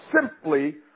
simply